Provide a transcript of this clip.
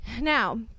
Now